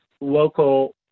local